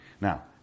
Now